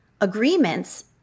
agreements